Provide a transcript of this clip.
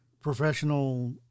professional